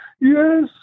yes